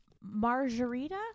Margarita